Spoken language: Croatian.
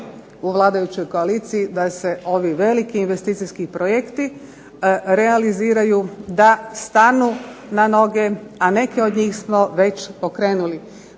u vladajućoj koaliciji da se ovi veliki investicijski projekti realiziraju, da stanu na noge, a neke od njih smo već pokrenuli.